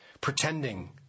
pretending